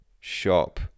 shop